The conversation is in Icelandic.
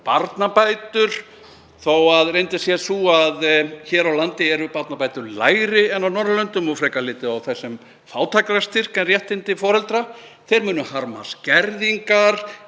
barnabætur þó að staðreyndin sé sú að hér á landi eru barnabætur lægri en á Norðurlöndum og frekar litið á þær sem fátæktarstyrk en réttindi foreldra. Þeir munu harma skerðingar